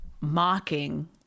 mocking